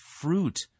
fruit